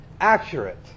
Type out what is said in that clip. accurate